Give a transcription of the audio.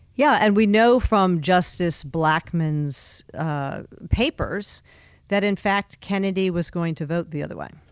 yeah, and we know from justice blackmun's papers that in fact, kennedy was going to vote the other way.